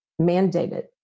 mandated